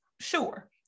sure